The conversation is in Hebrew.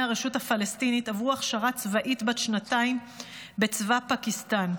הרשות הפלסטינית עברו הכשרה צבאית בת שנתיים בצבא פקיסטן.